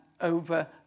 over